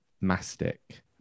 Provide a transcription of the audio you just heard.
mastic